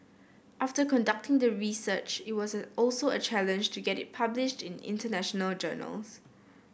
after conducting the research it was also a challenge to get it published in international journals